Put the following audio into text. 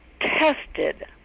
tested